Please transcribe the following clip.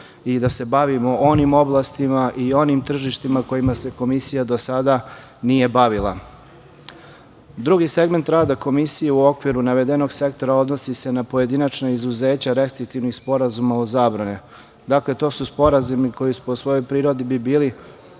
i da se bavimo onim oblastima i onim tržištima kojima se Komisija do sada nije bavila. Drugi segment rada Komisije u okviru navedenog sektora odnosi se na pojedinačna izuzeća restriktivnih sporazuma o zabrani. Dakle, to su sporazumi koji po svojoj prirodi bi bili